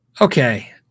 Okay